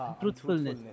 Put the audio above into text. truthfulness